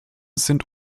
sind